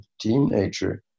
teenager